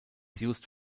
used